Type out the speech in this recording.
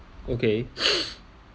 okay